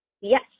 Yes